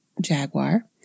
jaguar